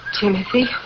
Timothy